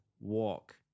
walk